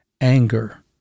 anger